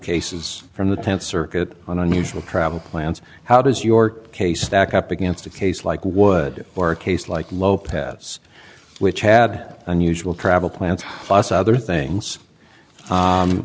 cases from the tenth circuit on unusual travel plans how does your case back up against a case like would or a case like lopez which had unusual travel plans plus other things